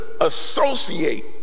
associate